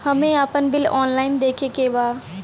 हमे आपन bill online देखे के बा?